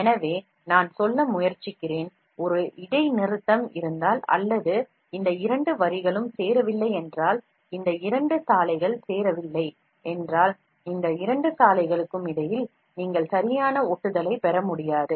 அதனால் நான் என்ன சொல்லமுயற்ச்சிக்கிரேன் என்றல் இரண்டு வரிகளுக்கிடையில் ஒரு இடைநிறுத்தம் இருந்தால் அல்லது இந்த இரண்டு வரிகளும் சேரவில்லை என்றால் இந்த இரண்டு சாலைகள் சேரவில்லை என்றால் இந்த இரண்டு சாலைகளுக்கும் இடையில் நீங்கள் சரியான ஒட்டுதலைப் பெற முடியாது